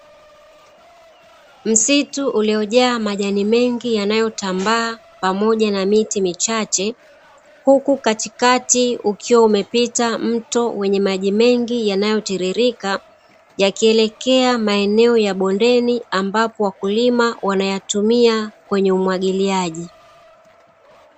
Msitu uliojaa majani mengi yanayotambaa, pamoja na miti michache, huku katikati ukiwa umepita mto wenye maji mengi yanayotiririka, yakielekea maeneo ya bondeni ambapo wakulima wanayatumia kwenye umwagiliaji.